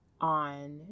on